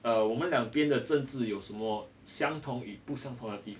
uh 我们两边的政治有什么相同与不相同的地方